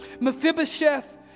Mephibosheth